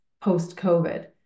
post-COVID